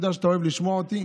אני יודע שאתה אוהב לשמוע אותי.